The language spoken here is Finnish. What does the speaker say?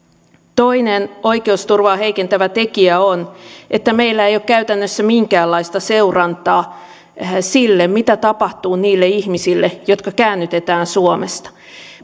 toinen oikeusturvaa heikentävä tekijä on että meillä ei ole käytännössä minkäänlaista seurantaa sille mitä tapahtuu niille ihmisille jotka käännytetään suomesta